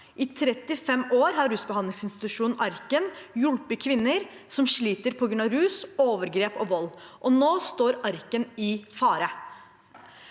I 35 år har rusbehandlingsinstitusjonen Arken hjulpet kvinner som sliter på grunn av rus, overgrep og vold. Nå står Arken i fare.